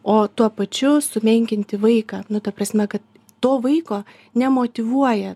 o tuo pačiu sumenkinti vaiką nu ta prasme kad to vaiko nemotyvuoja